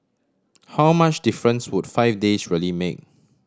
how much difference would five days really make